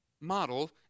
model